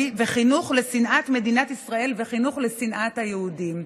וחינוך לשנאת מדינת ישראל וחינוך לשנאת היהודים.